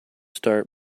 start